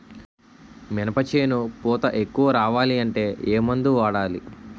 మినప చేను పూత ఎక్కువ రావాలి అంటే ఏమందు వాడాలి?